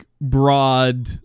broad